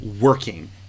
working